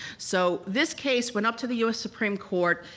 so this case went up to the us supreme court,